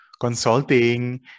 consulting